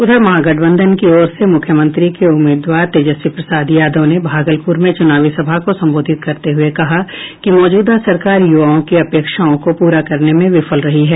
उधर महागठबंधन की ओर से मुख्यमंत्री के उम्मीदवार तेजस्वी प्रसाद यादव ने भागलपुर में चुनावी सभा को संबोधित करते हुये कहा कि मौजूदा सरकार युवाओं की अपेक्षाओं को पूरा करने में विफल रही है